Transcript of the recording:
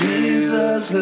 Jesus